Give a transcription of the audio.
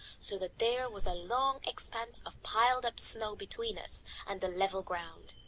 so that there was a long expanse of piled-up snow between us and the level ground.